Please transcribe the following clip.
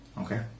Okay